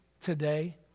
today